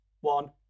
one